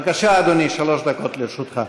בבקשה, אדוני, שלוש דקות לרשותך.